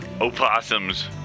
opossums